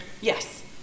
yes